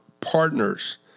partners